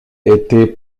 était